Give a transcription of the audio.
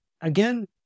again